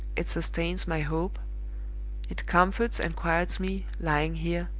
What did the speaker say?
it sustains my hope it comforts and quiets me, lying here,